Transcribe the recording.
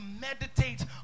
meditate